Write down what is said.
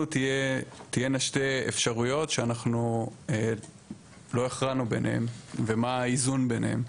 תהיינה שתי אפשרויות שאנחנו לא הכרענו ביניהם ומה האיזון ביניהן.